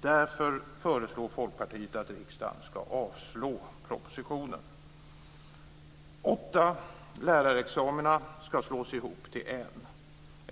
Därför föreslår Folkpartiet att riksdagen ska avslå propositionen. Åtta lärarexamina ska slås ihop till en.